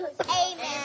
Amen